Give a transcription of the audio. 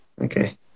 okay